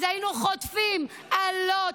שהיינו חוטפים אלות,